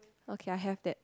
okay I have that